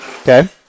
Okay